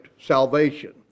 salvation